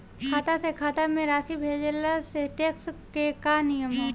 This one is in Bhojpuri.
खाता से खाता में राशि भेजला से टेक्स के का नियम ह?